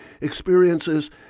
experiences